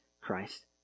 Christ